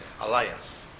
alliance